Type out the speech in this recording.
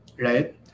right